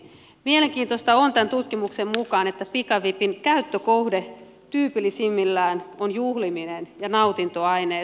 mielenkiintoista on tämän tutkimuksen mukaan se että pikavipin käyttökohde tyypillisimmillään on juhliminen ja nautintoaineet